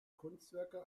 kunstwerke